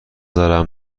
دارم